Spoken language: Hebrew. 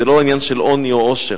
זה לא עניין של עוני או עושר.